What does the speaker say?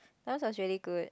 that was really good